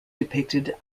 depicted